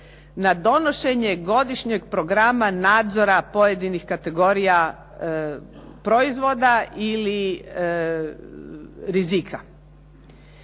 na donošenje godišnjeg programa nadzora pojedinih kategorija proizvoda ili rizika.